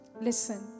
listen